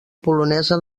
polonesa